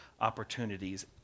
opportunities